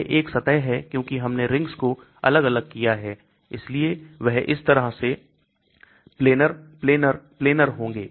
यह एक सतह है क्योंकि हमने रिंग्स को अलग अलग किया है इसलिए वह इस तरह से planar planar planar होंगे